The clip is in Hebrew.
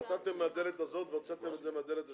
נתתם מהדלת הזאת והוצאתם את זה מהדלת השנייה?